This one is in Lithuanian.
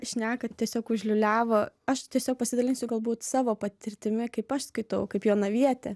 šnekat tiesiog užliūliavo aš tiesiog pasidalinsiu galbūt savo patirtimi kaip aš skaitau kaip jonavietė